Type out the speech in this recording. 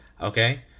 Okay